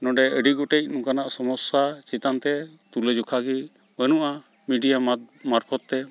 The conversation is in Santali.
ᱱᱚᱸᱰᱮ ᱟᱹᱰᱤ ᱜᱚᱴᱮᱡ ᱱᱚᱝᱠᱟᱱᱟᱜ ᱥᱚᱢᱚᱥᱥᱟ ᱪᱮᱛᱟᱱᱛᱮ ᱛᱩᱞᱟᱹᱡᱚᱠᱷᱟᱜᱮ ᱵᱟᱹᱱᱩᱜᱼᱟ ᱢᱤᱰᱤᱭᱟ ᱢᱟᱨᱯᱷᱚᱛᱛᱮ